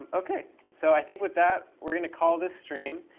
um ok. so i think with that, we're going to call this stream.